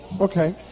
Okay